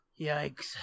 Yikes